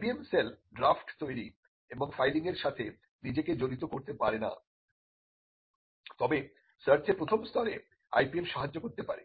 IPM cell draft তৈরি এবং ফাইলিংয়ের সাথে নিজেকে জড়িত করতে পারে না তবে সার্চের প্রথম স্তরে IPM সাহায্য করতে পারে